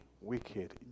wicked